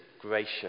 gracious